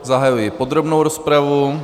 Zahajuji podrobnou rozpravu.